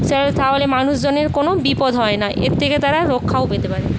সে তাহলে মানুষজনের কোনো বিপদ হয় না এর থেকে তারা রক্ষাও পেতে পারে